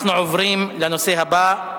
אנחנו עוברים לנושא הבא: